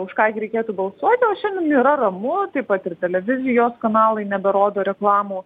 už ką gi reikėtų balsuoti o šiandien yra ramu taip pat ir televizijos kanalai neberodo reklamų